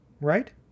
Right